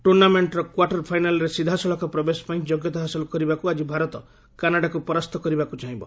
ଟ୍ରର୍ଣ୍ଣାମେଣ୍ଟର quarter ଫାଇନାଲ୍ରେ ସିଧାସଳଖ ପ୍ରବେଶ ପାଇଁ ଯୋଗ୍ୟତା ହାସଲ କରିବାକୁ ଆଜି ଭାରତ କାନାଡାକୁ ପରାସ୍ତ କରିବାକୁ ଚାହିଁବ